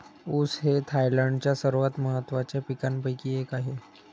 ऊस हे थायलंडच्या सर्वात महत्त्वाच्या पिकांपैकी एक आहे